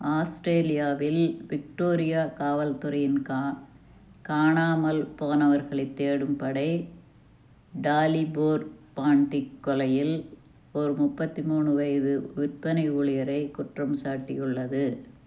ஆஸ்ட்ரேலியாவில் Victoria காவல்துறையின் காணாமல் போனவர்களைத் தேடும் படை டாலிபோர் பாண்டிக் கொலையில் ஒரு முப்பத்தி மூணு வயது விற்பனை ஊழியரை குற்றம் சாட்டியுள்ளது